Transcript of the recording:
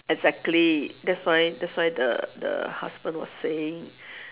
exactly that's why that's why the the husband was saying